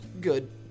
Good